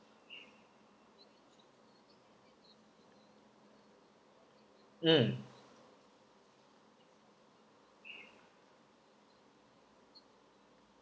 mm